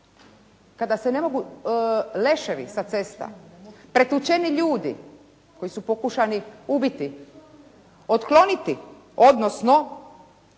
kada se ne mogu leševi sa cesta, pretučeni ljudi koji su pokušani ubiti, otkloniti, odnosno